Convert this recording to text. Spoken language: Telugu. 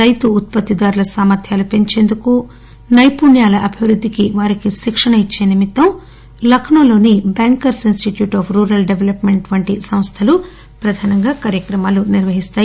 రైతు ఉత్పత్తిదారుల సామర్థ్యాలను పెంచేందుకు వారికి నైపుణ్యాల అభివృద్దికి శిక్షణ ఇచ్చే నిమిత్తం లక్నోలోని bankers institute of rural development వంటి సంస్థలు ప్రధానంగా శిక్షణ కార్యక్రమాలు నిర్వహిస్తాయి